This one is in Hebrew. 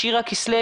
שירה כסלו,